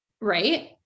Right